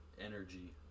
energy